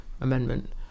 amendment